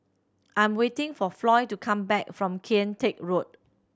I'm waiting for Floy to come back from Kian Teck Road